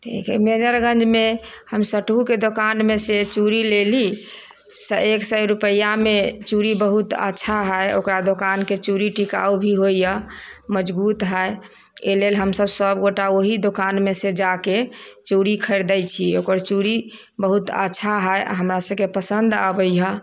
ठीक है मेजर गंज मे हम सटहु के दोकान मे से चूड़ी लेली एक सए रुपैआ मे चूड़ी बहुत अच्छा है ओकरा दोकान के चूड़ी टिकाउ भी होइया मजबूत है एहि लेल हमसब सबगोटा ओहि दोकान मे से जाके चूड़ी ख़रीदै छी ओकर चूड़ी बहुत अच्छा है हमरासबके पसन्द अबै है